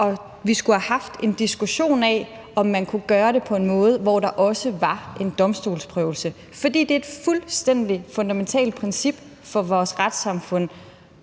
at vi skulle have haft en diskussion af, om man kunne gøre det på en måde, hvor der også var en domstolsprøvelse, fordi det er et fuldstændig fundamentalt princip for vores retssamfund.